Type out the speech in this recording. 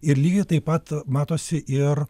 ir lygiai taip pat matosi ir